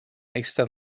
eistedd